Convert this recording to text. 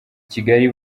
kigali